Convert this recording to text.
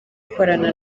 gukorana